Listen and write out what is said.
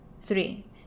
Three